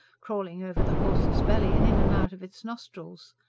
crawling over the horse's belly and in and out of its nostrils.